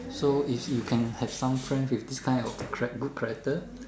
so if you can have some friends with this kind of good charac~ good character